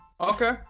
Okay